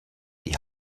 die